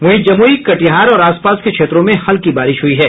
वही जमुई कटिहार और आस पास के क्षेत्रों में हल्की बारिश हुई है